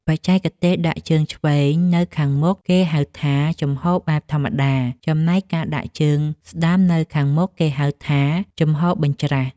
បច្ចេកទេសដាក់ជើងឆ្វេងនៅខាងមុខគេហៅថា ជំហរបែបធម្មតា ចំណែកការដាក់ជើងស្ដាំនៅខាងមុខគេហៅថា ជំហរបញ្ច្រាស។